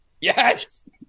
Yes